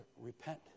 repent